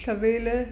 सवेल